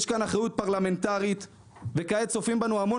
יש כאן אחריות פרלמנטרית וכעת צופים בנו המון